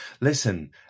Listen